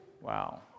Wow